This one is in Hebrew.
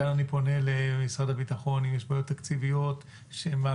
מכאן אני פונה למשרד הביטחון: אם יש בעיות תקציביות שמעכבות,